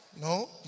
No